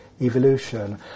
evolution